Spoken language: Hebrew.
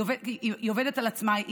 היא עובדת על עצמה,